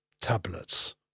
tablets